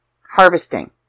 harvesting